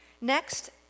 Next